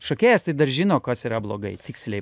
šokėjas tai dar žino kas yra blogai tiksliai